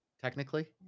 technically